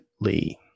Lee